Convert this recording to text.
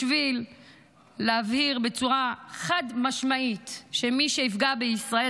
בשביל להבהיר בצורה חד-משמעית שמי שיפגע בישראל,